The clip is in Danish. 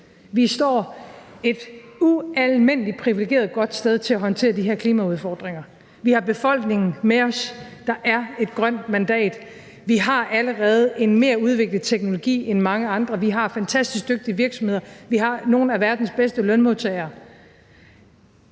Vi står et ualmindelig privilegeret godt sted til at håndtere de her klimaudfordringer. Vi har befolkningen med os – der er et grønt mandat. Vi har allerede en mere udviklet teknologi end mange andre. Vi har fantastisk dygtige virksomheder, vi har nogle af verdens bedste lønmodtagere.